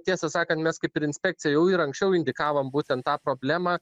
tiesą sakant mes kaip ir inspekcija jau ir anksčiau indikavom būtent tą problemą